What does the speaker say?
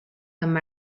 amb